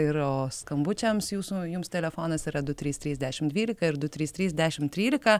ir o skambučiams jūsų jums telefonas yra du trys trys dešim dvylika ir du trys trys dešim trylika